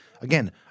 Again